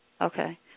Okay